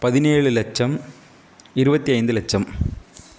பதினேழு லட்சம் இருபத்தைந்து லட்சம்